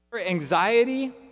anxiety